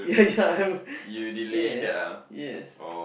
yeah yeah I have yes yes